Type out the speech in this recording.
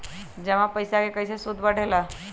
जमा पईसा के कइसे सूद बढे ला?